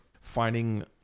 finding